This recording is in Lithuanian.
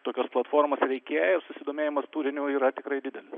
tokios platformos reikėjo susidomėjimas turiniu yra tikrai didelis